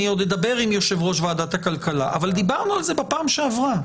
אני עוד אדבר עם יושב ראש ועדת הכלכלה אבל דיברנו על כך בפעם הקודמת.